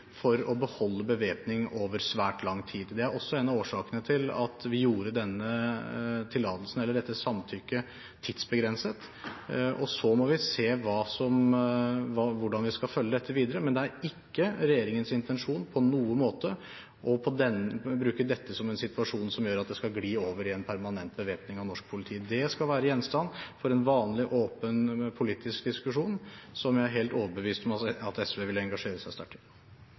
for å beholde bevæpning over svært lang tid. Det er også en av årsakene til at vi gjorde dette samtykket tidsbegrenset. Så må vi se hvordan vi skal følge dette videre, men det er ikke regjeringens intensjon på noen måte å bruke dette som en situasjon som gjør at det skal gli over i en permanent bevæpning av norsk politi. Det skal være gjenstand for en vanlig, åpen politisk diskusjon, som jeg er helt overbevist om at SV vil engasjere seg sterkt